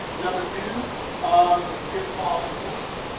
number two um is good quality queens,